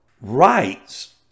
rights